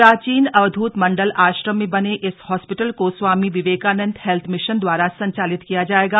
प्राचीन अवधुत मण्डल आश्रम में बने इस हॉस्पिटल को स्वामी विवेकानंद हेल्थ मिशन द्वारा संचालित किया जाएगा